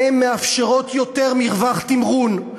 הן מאפשרות יותר מרווח תמרון.